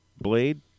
Blade